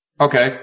okay